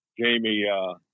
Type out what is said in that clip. Jamie